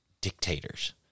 dictators